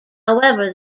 however